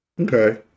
Okay